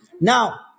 now